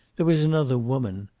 there was another woman.